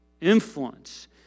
influence